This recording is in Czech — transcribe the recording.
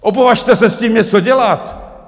Opovažte se s tím něco dělat!